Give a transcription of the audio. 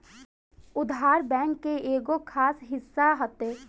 उधार, बैंक के एगो खास हिस्सा हटे